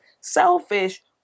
selfish